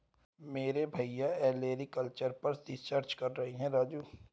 मेरे भैया ओलेरीकल्चर पर रिसर्च कर रहे हैं राजू